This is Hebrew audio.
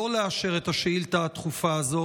שלא לאשר את השאילתה הדחופה הזו,